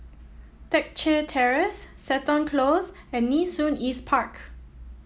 Teck Chye Terrace Seton Close and Nee Soon East Park